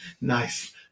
nice